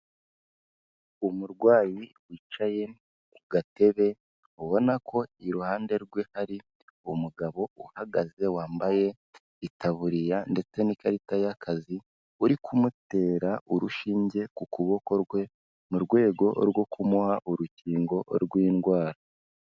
Umurwayi wicaye ku gatebe, ubona ko iruhande rwe hari umugabo uhagaze wambaye itaburiya ndetse n'ikarita y'akazi uri kumutera urushinge ku kuboko kwe, mu rwego rwo kumuha urukingo rw'indwara.